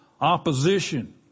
opposition